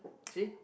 see